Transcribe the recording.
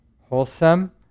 Wholesome